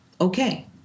okay